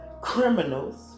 criminals